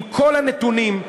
עם כל הנתונים.